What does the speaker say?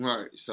Right